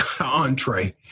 entree